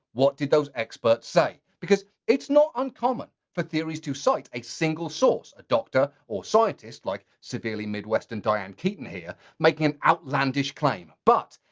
what did those experts say? because it's not uncommon for theories to cite a single source, a doctor or scientist like severely midwestern, diane keaton here, making an outlandish claim. but,